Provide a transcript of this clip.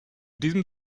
diesem